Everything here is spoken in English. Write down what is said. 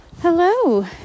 Hello